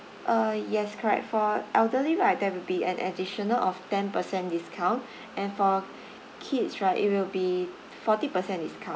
ah yes correct for elderly right there will be an additional of ten percent discount and for kids right it will be forty percent discount